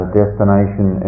destination